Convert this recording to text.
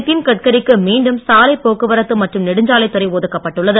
நித்தின் கட்கரிக்கு மீண்டும் சாலை போக்குவரத்து மற்றும் நெடுஞ்சாலைத்துறை ஒதுக்கப்பட்டுள்ளது